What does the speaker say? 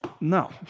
no